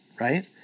right